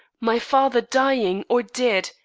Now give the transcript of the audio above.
my father dying or dead,